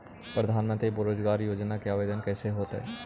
प्रधानमंत्री बेरोजगार योजना के आवेदन कैसे होतै?